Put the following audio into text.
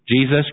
Jesus